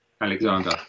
Alexander